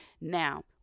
Now